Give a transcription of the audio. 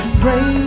pray